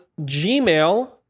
Gmail